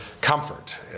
comfort